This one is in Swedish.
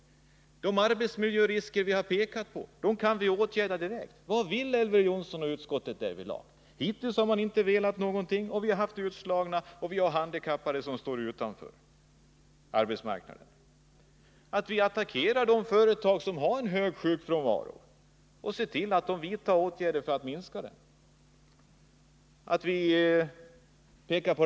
De arbetsmiljörisker som vi talat om kan åtgärdas direkt. Vad vill Elver Jonsson och utskottet därvidlag? Hittills har man inte velat någonting, och vi har haft utslagna och handikappade som stått utanför arbetsmarknaden. Vi bör attackera de företag som har hög sjukfrånvaro och se till att de vidtar åtgärder för att minska den.